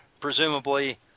presumably